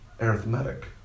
arithmetic